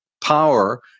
power